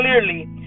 clearly